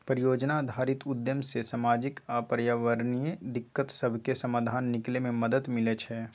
परिजोजना आधारित उद्यम से सामाजिक आऽ पर्यावरणीय दिक्कत सभके समाधान निकले में मदद मिलइ छइ